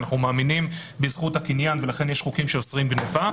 אנחנו מאמינים בזכות הקניין ולכן יש חוקים שאוסרים גניבה.